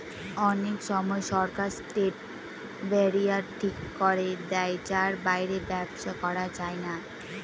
অনেক সময় সরকার ট্রেড ব্যারিয়ার ঠিক করে দেয় যার বাইরে ব্যবসা করা যায় না